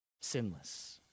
sinless